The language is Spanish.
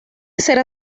será